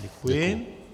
Děkuji.